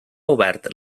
obert